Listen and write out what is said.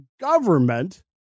government